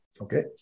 Okay